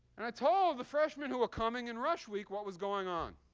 and i told the freshmen who were coming in rush week what was going on.